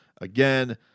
again